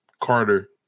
Carter